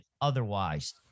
otherwise